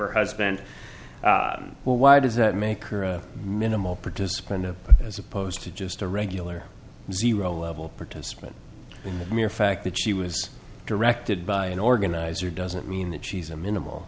her husband well why does that make her a minimal participant in as opposed to just a regular zero level participant in the mere fact that she was directed by an organizer doesn't mean that she's a minimal